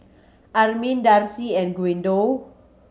Armin Darcy and Guido